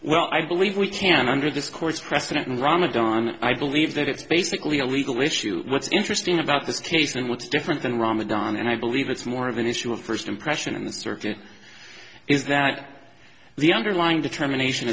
well i believe we can under this court's precedent in ramadan i believe that it's basically a legal issue what's interesting about this case and what's different than ramadan and i believe it's more of an issue of first impression in the circuit is that the underlying determination